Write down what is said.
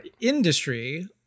industry